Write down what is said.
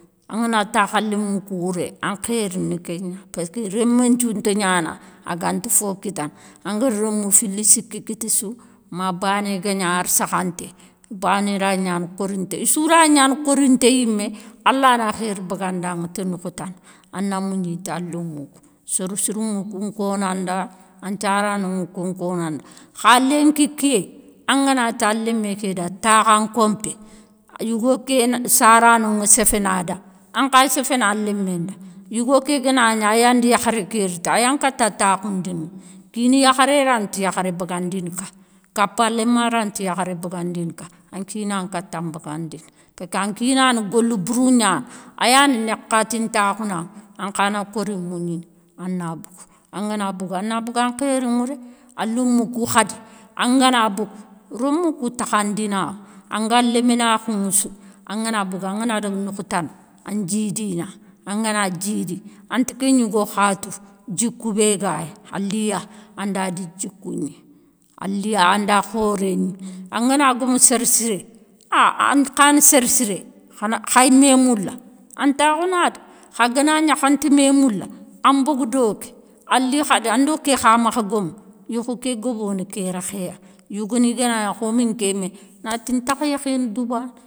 An ga na takhe an lémou kou wouré an khéri ni ké nia paske rémé nthiou nta niana a gante fo kitane. An guére rémou fili siki kite sou, ma bané gue nia arsakhanté. Bané raye niane korinté. I sou raye niane korinté yimé, allah na khéri bagande anŋe ti nokou tane. An na mougni tan lémou. Sére sirou ŋe koun kone anda, an thiarano ŋe koun kone anda. Xa lenki kiyé, an ga na ti an lémé ké da takhe an kompé, yigo ké sarano ŋe séféne a da, an khaye séféne an lémé nda. Yigo ké ga na nia a yan de yakharé ké rite an yan kate a takhoundine. Kine yakharé rante yakharé bagandine ka, kapaléma rante yakharé bagandine ka, an kina nkate an bagandine. Paske an kina ne golou bourou niane, a yane nékatintakhoune anŋe, an kha na kori mougnine, an na bogue. An ga na bogue, an na bogue an khéri ŋouré. An lémou kou khade an ga na bogue, rémou kou takhandina. An gan léminakhouŋe sou, an ga na bogue an ga na dague noke tane, an djidina. An ga na djidi, an te ké gnigo kha tou djikou bé gaye, an li ya an da di djikou gni. An li ya an da khoré gni. An ga na guome sére siré, ah an khane sére siré khaye mé moula, an takhou na dé. Kha ga na nia kha nte mé moula, an bogue doké, an li khade an do ké kha makhe guome, yékhou ké gobone ké rékhé ya. Yogo ni ga na nia khome nké mé, na ti ntakhe yékhine doubane.